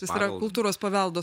tas yra kultūros paveldo